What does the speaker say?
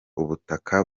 ubutaka